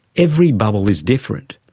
every bubble is different,